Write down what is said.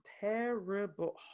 Terrible